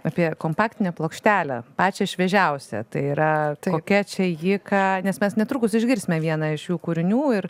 apie kompaktinę plokštelę pačią šviežiausią tai yra kokia čia ji ką nes mes netrukus išgirsime vieną iš jų kūrinių ir